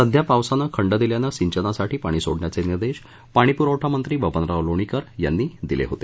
सध्या पावसानं खंड दिल्यानं सिंचनासाठी पाणी सोडण्याचे निर्दश पाणीपुरवठामंत्री बबनराव लोणीकर यांनी दिले होते